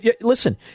Listen